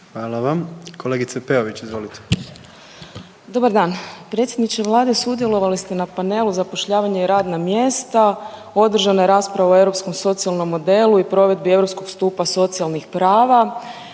Hvala vam. Kolegice Peović, izvolite. **Peović, Katarina (RF)** Dobar dan! Predsjedniče Vlade sudjelovali ste na panelu zapošljavanja i radna mjesta. Održana je rasprava o europskom socijalnom modelu i provedbi europskog stupa socijalnih prava.